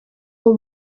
uwo